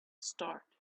start